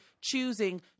choosing